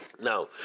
Now